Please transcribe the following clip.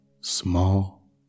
small